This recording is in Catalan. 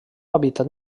hàbitat